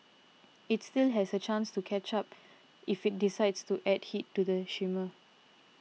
it still has a chance to catch up if it decides to add heat to the simmer